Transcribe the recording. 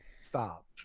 stop